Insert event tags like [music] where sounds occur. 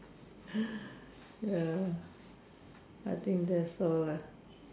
[breath] ya I think that's all lah